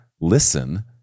listen